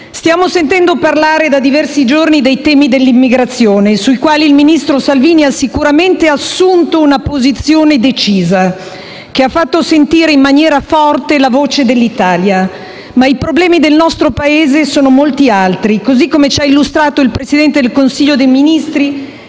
stiamo sentendo parlare dei temi dell'immigrazione, sui quali il ministro Salvini ha sicuramente assunto una posizione decisa che ha fatto sentire in maniera forte la voce dell'Italia, tuttavia i problemi del nostro Paese sono molti altri, così come ci ha illustrato il Presidente del Consiglio nel suo